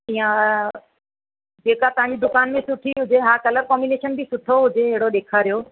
या जेका तव्हांजी दुकान में सुठी हुजे हा कलर कॉबिनेशन बि सुठो हुजे अहिड़ो ॾेखारियो